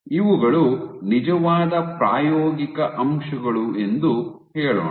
ಇವುಗಳು ನಿಜವಾದ ಪ್ರಾಯೋಗಿಕ ಅಂಶಗಳು ಎಂದು ಹೇಳೋಣ